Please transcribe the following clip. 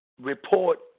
report